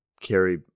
carry